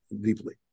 deeply